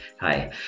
Hi